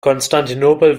konstantinopel